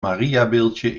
mariabeeldje